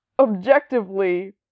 objectively